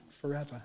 forever